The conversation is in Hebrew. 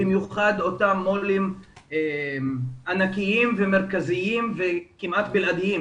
במיוחד אותם מו"לים ענקיים ומרכזיים וכמעט בלעדיים